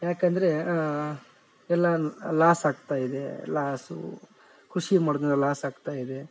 ಯಾಕೆಂದರೆ ಎಲ್ಲ ಲಾಸ್ ಆಗ್ತಾಯಿದೆ ಲಾಸು ಕೃಷಿ ಮಡಗ್ನ ಲಾಸು ಆಗ್ತಾಯಿದೆ